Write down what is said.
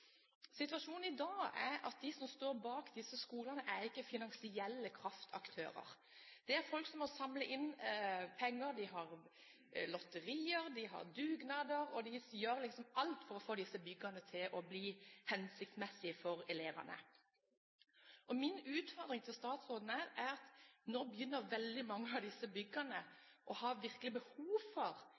Situasjonen i dag er at de som står bak disse skolene, ikke er finansielle kraftaktører. Det er folk som har samlet inn penger, de har lotterier, de har dugnader, og de gjør alt for å få disse byggene til å bli hensiktsmessige for elevene. Nå begynner veldig mange av disse byggene virkelig å ha behov for